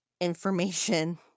information